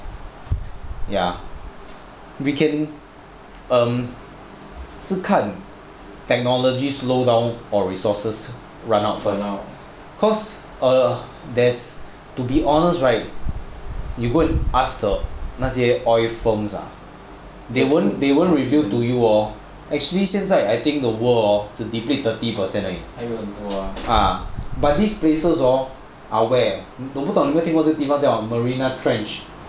ya we can um 是看 technology slow down our resources right a not first cause there's to be honest right you go and ask the 那些 oil firms ah they won't reveal to you hor actually hor 现在 I think the world hor deplete thirty percent 而已 but these places hor are where 你有没有听过这个地方叫 marina trench